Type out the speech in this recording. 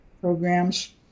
programs